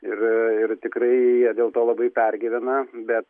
ir ir tikrai jie dėl to labai pergyvena bet